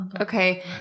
Okay